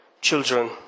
children